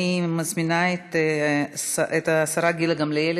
אני מזמינה את השרה גילה גמליאל,